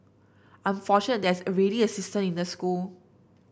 I'm fortunate there's already a system in the school